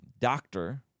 doctor